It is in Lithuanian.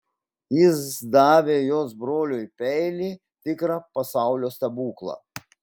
jis davė jos broliui peilį tikrą pasaulio stebuklą